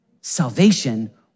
salvation